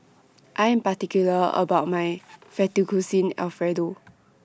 I Am particular about My Fettuccine Alfredo